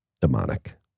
demonic